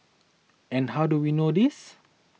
and how do we know this